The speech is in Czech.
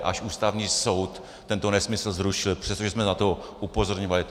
Až Ústavní soud tento nesmysl zrušil, přestože jsme na to upozorňovali.